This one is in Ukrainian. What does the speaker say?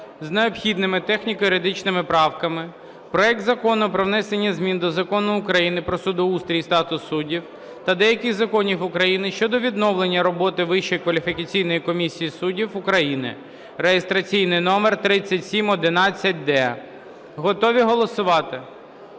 з необхідними техніко-юридичними правками проект Закону про внесення змін до Закону України "Про судоустрій і статус суддів" та деяких законів України щодо відновлення роботи Вищої кваліфікаційної комісії суддів України (реєстраційний номер 3711-д). Готові голосувати?